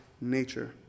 Nature